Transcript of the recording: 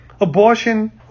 abortion